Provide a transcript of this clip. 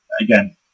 again